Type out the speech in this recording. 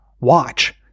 Watch